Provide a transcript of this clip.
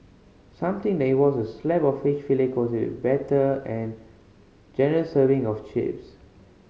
something that involves a slab of fish fillet coated with batter and generous serving of chips